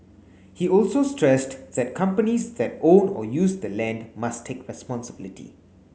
he also stressed that companies that own or use the land must take responsibility